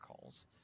calls